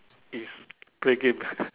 is play games